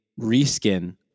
reskin